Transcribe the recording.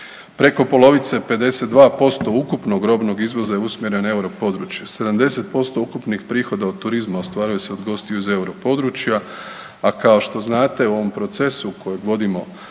Preko polovice 52% ukupnog robnog izvoza je usmjeren na euro područje, 70% ukupnih prihoda od turizma ostvaruje se od gostiju iz euro područja, a kao što znate u ovom procesu kojeg vodimo